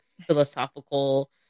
philosophical